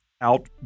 out